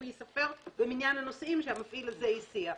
ייספר במניין הנוסעים שהמפעיל הזה הסיע.